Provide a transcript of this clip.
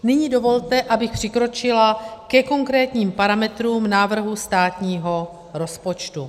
Nyní dovolte, abych přikročila ke konkrétním parametrům návrhu státního rozpočtu.